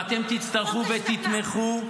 אם אתם תצטרפו ותתמכו,